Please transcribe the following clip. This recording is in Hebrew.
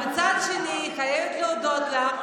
מצד שני אני חייבת להודות לך,